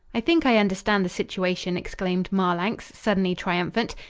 i think i understand the situation, exclaimed marlanx, suddenly triumphant.